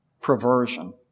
perversion